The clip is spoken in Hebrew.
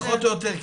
פחות או יותר,